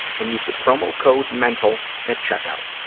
and use the promo code mental at checkout.